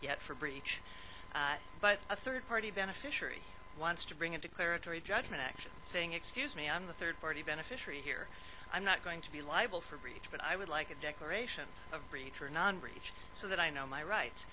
yet for breach but a third party beneficiary wants to bring in declaratory judgment action saying excuse me on the third party beneficiary here i'm not going to be liable for breach but i would like a declaration of return on breach so that i know my rights